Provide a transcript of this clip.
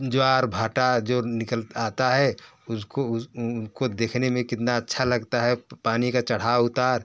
ज्वारभाटा जो निकल आता है उसको उनको देखने में कितना अच्छा लगता है पानी का चढ़ाव उतार